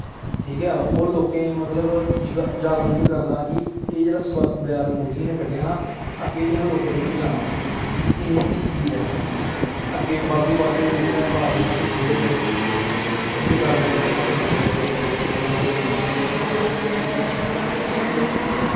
ठीक ऐ ओह् लोकें ई मतलब जागृत करना मतलब कि एह् जेह्ड़ा स्वच्छ भारत मोदी ने कड्ढेआ ना ते अग्गें बी असें लोकें तोड़ी पजाना कि कि'न्नी स्हेई चीज ऐ एह् अग्गें बद्ध तों बद्ध एह् जेह्ड़ी वाज ऐ ना तुस शेयर करो इ'यै गल्ल में थुआढ़े कन्नै थैंक यू सो मच